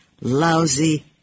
lousy